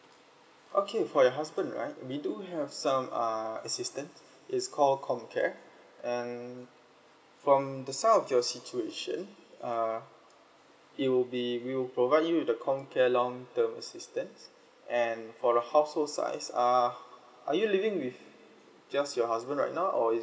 okay for your husband right we do have some uh assistance it's called comcare and from the side of your situation uh it will be we will provide you with the comcare long term assistance and for the household size err are you living with just your husband right now or is